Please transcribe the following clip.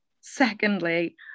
Secondly